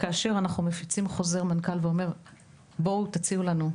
אנחנו מפיצים חוזר מנכ"ל שאומר "בואו תציעו לנו",